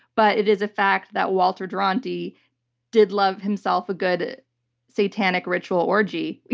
but it is a fact that walter duranty did love himself a good satanic ritual orgy.